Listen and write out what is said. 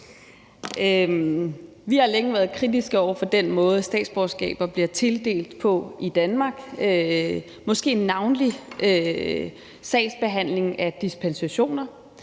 Vi har længe været kritiske over for den måde, statsborgerskaber bliver tildelt på i Danmark, måske navnlig sagsbehandlingen af dispensationer.